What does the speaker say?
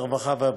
הרווחה והבריאות.